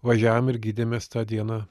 važiavom ir gydėmės tą dieną